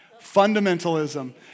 Fundamentalism